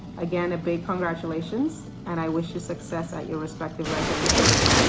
again, a big congratulations, and i wish you success at your respective residencies.